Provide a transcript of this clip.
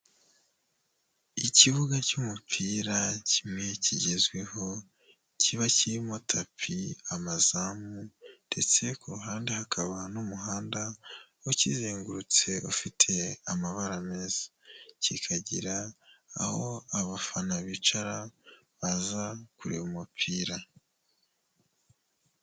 Ikibuga cy'umupira kimwe kigezweho, kiba kirimo tapi, amazamu ndetse ku ruhande hakaba n'umuhanda ukizengurutse ufite amabara meza, kikagira aho abafana bicara baza kureba umupira.